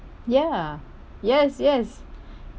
ya yes yes